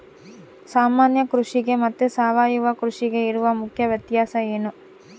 ಸಾಮಾನ್ಯ ಕೃಷಿಗೆ ಮತ್ತೆ ಸಾವಯವ ಕೃಷಿಗೆ ಇರುವ ಮುಖ್ಯ ವ್ಯತ್ಯಾಸ ಏನು?